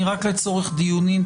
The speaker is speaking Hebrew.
לצורך דיונים,